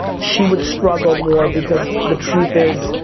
she would struggle more, because the truth is,